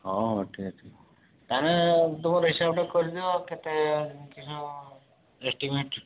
ହଁ ଠିକ୍ ଠିକ୍ ତାହାହେଲେ ତୁମର ହିସାବଟା କରିଦିଅ କେତେ କିସ ଏଷ୍ଟିମେଟ୍